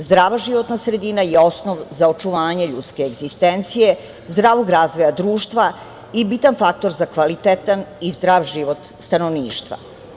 Zdrava životna sredina je osnov za očuvanje ljudske egzistencije, zdravog razvoja društva i bitan faktor za kvalitetan i zdrav život stanovništva.